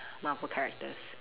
Marvel characters